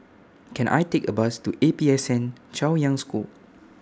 Can I Take A Bus to A P S N Chaoyang School